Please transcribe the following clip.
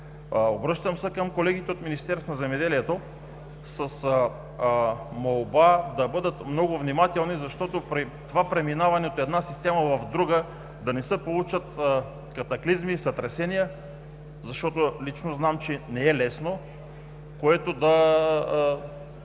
Обръщам се към колегите от Министерството на земеделието с молба да бъдат много внимателни, защото при преминаване от една система в друга да не се получат катаклизми, сътресения, което да застопори усвояването на